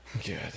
good